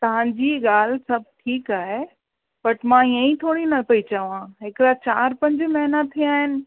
तव्हांजी ॻाल्हि सभु ठीकु आहे बट मां ईअं ई थोरी न पयी चवां हिकिड़ा चार पंज महिना थिया आहिनि